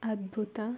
ಅದ್ಭುತ